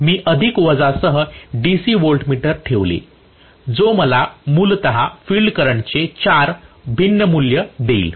मी अधिक वजासह DC voltmeter ठेवले जो मला मूलत फील्ड करंटचे 4 भिन्न मूल्य देईल